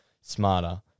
smarter